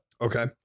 Okay